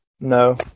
No